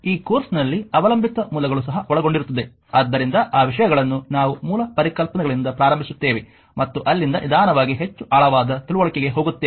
ಈ ಕೋರ್ಸ್ನಲ್ಲಿ ಅವಲಂಬಿತ ಮೂಲಗಳು ಸಹ ಒಳಗೊಂಡಿರುತ್ತದೆ ಆದ್ದರಿಂದ ಆ ವಿಷಯಗಳನ್ನು ನಾವು ಮೂಲ ಪರಿಕಲ್ಪನೆಗಳಿಂದ ಪ್ರಾರಂಭಿಸುತ್ತೇವೆ ಮತ್ತು ಅಲ್ಲಿಂದ ನಿಧಾನವಾಗಿ ಹೆಚ್ಚು ಆಳವಾದ ತಿಳುವಳಿಕೆಗೆ ಹೋಗುತ್ತೇವೆ